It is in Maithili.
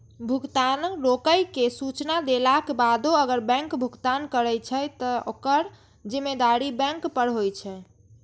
भुगतान रोकै के सूचना देलाक बादो अगर बैंक भुगतान करै छै, ते ओकर जिम्मेदारी बैंक पर होइ छै